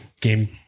game